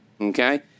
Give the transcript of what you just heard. Okay